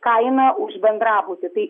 kaina už bendrabutį tai